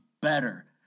better